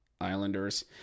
Islanders